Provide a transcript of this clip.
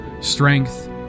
strength